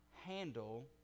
Handle